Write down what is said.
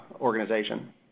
organization